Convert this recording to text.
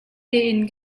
tein